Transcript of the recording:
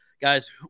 Guys